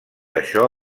això